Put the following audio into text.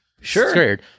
Sure